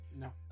No